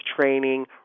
training